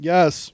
Yes